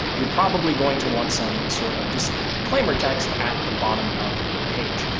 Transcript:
you're probably going to want some sort of disclaimer text at the bottom of your page.